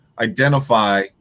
identify